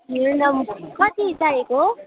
कति चाहिएको हो